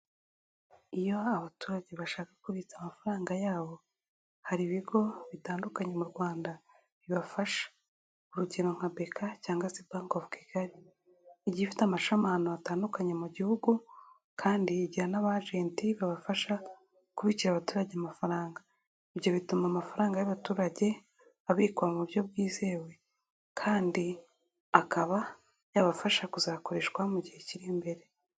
Iyo abaturage bashaka kubitsa amafaranga yabo, hari ibigo bitandukanye mu Rwanda bibafasha, urugero nka BK cyangwa se Banke ofu Kigali igiye ifite amashami ahantu hatandukanye mu gihugu, kandi igi n'abajenti babafasha kubikira abaturage amafaranga. Ibyo bituma amafaranga y'abaturage abikwa mu buryo bwizewe, kandi akaba yabafasha kuzakoreshwa mu gihe kiri imbere.